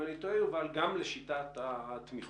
אם אני טועה גם לשיטת התמיכות.